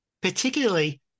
particularly